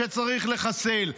שצריך לחסל,